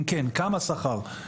אם כן, כמה שכר?